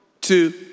two